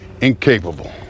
incapable